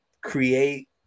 create